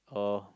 oh